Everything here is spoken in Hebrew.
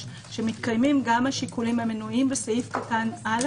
שמתקיימים גם השיקולים המנויים בסעיף קטן (א),